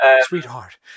Sweetheart